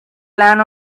plan